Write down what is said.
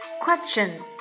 question